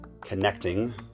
connecting